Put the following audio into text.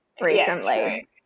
recently